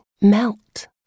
melt